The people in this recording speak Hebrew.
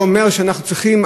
זה אומר שאנחנו צריכים,